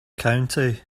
county